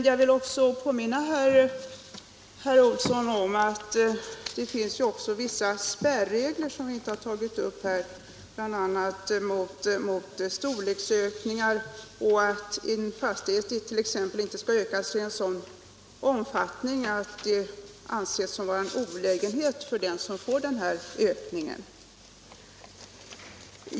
Jag vill emellertid påminna herr Olsson om att det också finns vissa spärregler, som vi inte har tagit upp här, bl.a. mot storleksökningar — en fastighet skall inte öka i sådan omfattning att det anses vara en olägenhet för den som får ökningen.